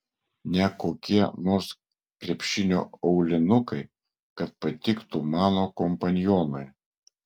ne kokie nors krepšinio aulinukai kad patiktų mano kompanionui